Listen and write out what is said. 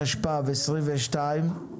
התשפ"ב-2022.